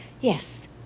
Yes